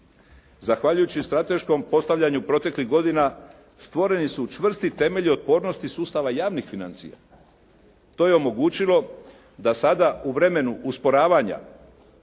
Zahvaljujući strateškom postavljanju proteklih godina stvoreni su čvrsti temelji otpornosti sustava javnih financija. To je omogućilo da sada u vremenu usporavanja